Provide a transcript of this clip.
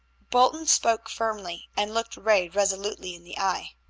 bolton spoke firmly, and looked ray resolutely in the eye.